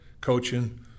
coaching